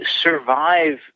survive